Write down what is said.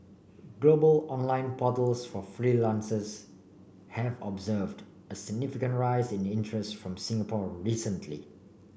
global online portals for freelancers have observed a significant rise in interest from Singapore recently